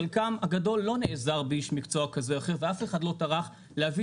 חלקם הגדול לא נעזר באיש מקצוע כזה או אחר ואף אחד לא טרח להביא